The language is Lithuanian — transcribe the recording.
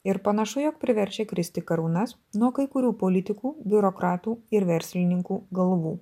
ir panašu jog priverčia kristi karūnas nuo kai kurių politikų biurokratų ir verslininkų galvų